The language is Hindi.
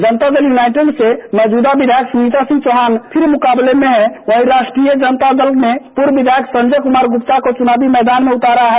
जनता दल यूनाइटेड से मौजूदा विधायक सुनीता सिंह चौहान फिर मुकाबले में हैं वहीं राष्ट्रीय जनता दल ने पूर्व विधायक संजय कुमार गुप्ता को चुनावी मैदान में उतारा है